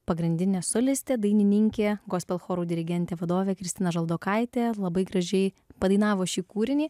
pagrindinė solistė dainininkė gospel chorų dirigentė vadovė kristina žaldokaitė labai gražiai padainavo šį kūrinį